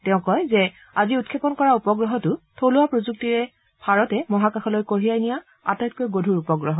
তেওঁ কয় যে আজি উৎক্ষেপণ কৰা উপগ্ৰহটো থলুৱা প্ৰযুক্তিৰে ভাৰতে মহাকাশলৈ কঢ়িয়াই নিয়া আটাইতকৈ গধূৰ উপগ্ৰহ